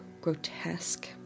grotesque